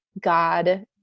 God